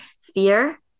fear